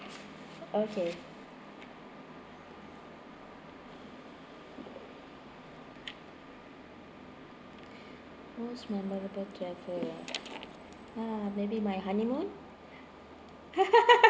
okay most memorable travel ah ah maybe my honeymoon